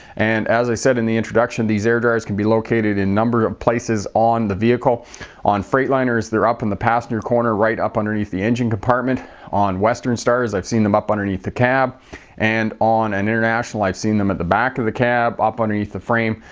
and as i said in the introduction, these air dryers can be located in number of places on the vehicles on freightliners, they're up in the passenger corner, right up underneath the engine compartment on western stars. i've seen them up underneath the cab and on an international, i've seen them at the back of the cab up underneath the frame.